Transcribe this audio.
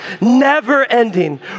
never-ending